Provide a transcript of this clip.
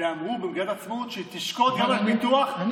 ואמרו במגילת העצמות שהיא תשקוד גם על פיתוח הארץ,